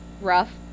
rough